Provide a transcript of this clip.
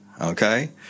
okay